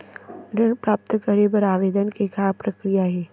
ऋण प्राप्त करे बर आवेदन के का प्रक्रिया हे?